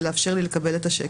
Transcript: ולאפשר לי לקבל את השקט,